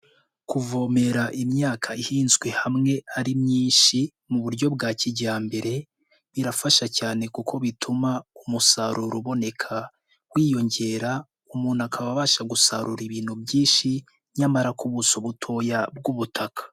Kuvomera imyaka ihinzwe hamwe ari myinshi mu buryo bwa kijyambere birafasha cyane kuko bituma umusaruro uboneka wiyongera umuntu akaba abasha gusarura ibintu byinshi nyamara ku buso butoya bw'ubutaka.